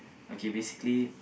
okay basically